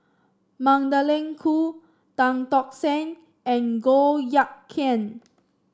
Magdalene Khoo Tan Tock Seng and Goh Eck Kheng